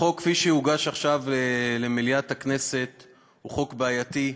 החוק כפי שהוגש עכשיו למליאת הכנסת הוא חוק בעייתי,